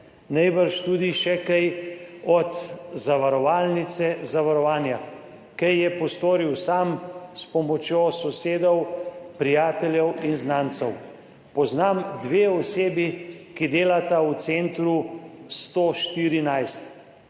najbrž tudi še kaj od zavarovalnice, zavarovanja. Kaj je postoril sam s pomočjo sosedov, prijateljev in znancev. Poznam dve osebi, ki delata v centru 114.